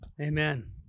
Amen